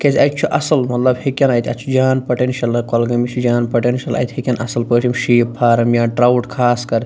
تِکیٛازِ اَتہِ چھُ اصٕل مطلب ہیٚکیٚن اَتہِ اَتہِ چھُ جان پۄٹیٚنشل مطلب کۄلگٲمِس چھُ جان پۄٹیٚنشل اَتہِ ہیٚکیٚن اصٕل پٲٹھۍ یِم شیٖپ فارم یا ٹرٛاوُٹ خاص کَر